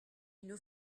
une